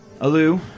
Alu